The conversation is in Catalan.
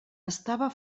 estava